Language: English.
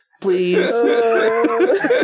Please